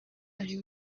ari